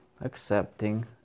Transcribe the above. accepting